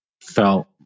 felt